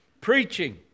preaching